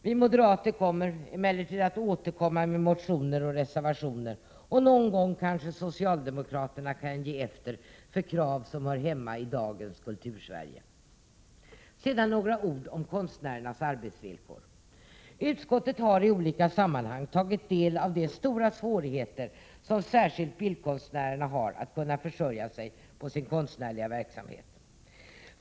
Vi moderater kommer emellertid att återkomma med motioner och reservationer, och någon gång kanske socialdemokraterna kan ge efter för krav som hör hemma i dagens Kultursverige. Sedan vill jag säga några ord om konstnärernas arbetsvillkor. Utskottet har i olika sammanhang tagit del av de stora svårigheter som särskilt bildkonstnärerna har att kunna försörja sig på sin konstnärliga verksamhet.